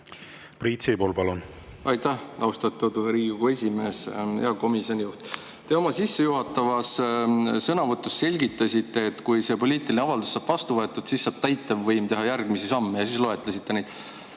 Priit Sibul, palun! Aitäh, austatud Riigikogu esimees! Hea komisjoni juht! Te oma sissejuhatavas sõnavõtus selgitasite, et kui see poliitiline avaldus saab vastu võetud, siis saab täitevvõim teha järgmisi samme, ja siis te loetlesite neid.